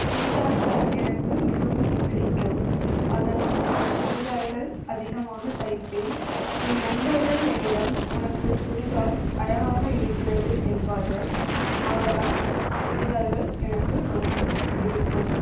சுடிதார்கள் எனக்கு மிகவும் பிடிக்கும் அதனால் சுடிதார்கள் அதிகமாகத் தைப்பேன் என் நண்பர்கள் என்னிடம் உனக்கு சுடிதார் அழகாக இருக்கிறது என்பார்கள் ஆதனால் சுடிதார்கள் எனக்கு ரொம்பப் பிடிக்கும்